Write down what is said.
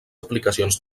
aplicacions